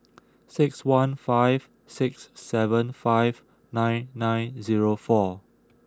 six one five six seven five nine nine zero four